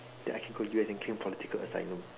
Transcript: then I can go U_S and claim political asylum